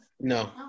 No